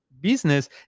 business